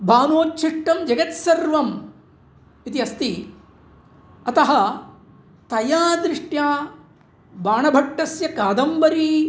बाणोच्छिष्टं जगत्सर्वम् इति अस्ति अतः तया दृष्ट्या बाणभट्टस्य कादम्बरी